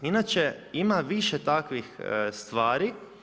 Inače ima više takvih stvari.